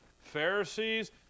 pharisees